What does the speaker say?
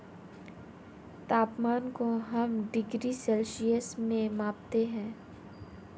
तापमान को हम डिग्री सेल्सियस में मापते है